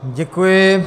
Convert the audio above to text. Děkuji.